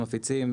מפיצים,